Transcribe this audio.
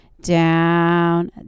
Down